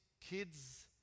kids